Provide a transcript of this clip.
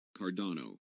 Cardano